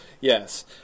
Yes